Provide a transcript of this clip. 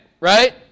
right